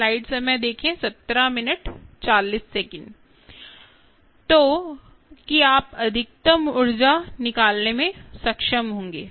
तो कि आप अधिकतम ऊर्जा निकालने में सक्षम होंगे